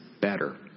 better